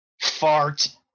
Fart